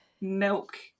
milk